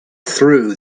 threw